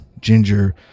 ginger